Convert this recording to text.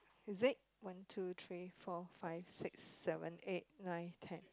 is it one two three four five six seven eight nine ten